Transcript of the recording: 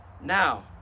now